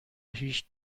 هیچ